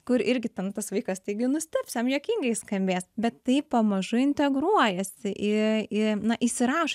kur irgi ten tas vaikas taigi nustebs jam juokingai skambės bet tai pamažu integruojasi į į na įsirašo